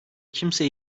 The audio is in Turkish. kimse